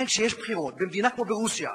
לכן, כשיש בחירות במדינה כמו רוסיה,